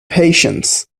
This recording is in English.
patience